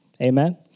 Amen